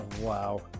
Wow